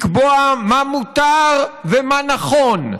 לקבוע מה מותר ומה נכון,